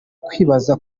kwibaza